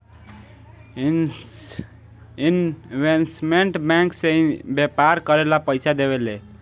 investment bank से व्यापार करेला पइसा देवेले